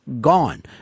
gone